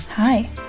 Hi